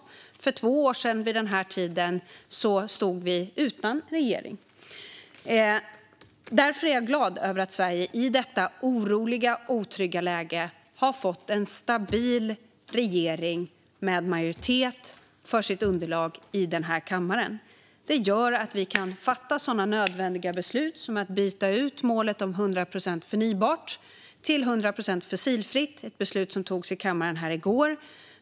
Och för två år sedan vid denna tid stod vi utan regering. Därför är jag glad över att Sverige i detta oroliga och otrygga läge har fått en stabil regering med majoritet för sitt underlag i denna kammare. Det gör att vi kan fatta sådana nödvändiga beslut som att byta ut målet om 100 procent förnybart till 100 procent fossilfritt. Det var ett beslut som togs här i kammaren i går.